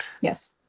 Yes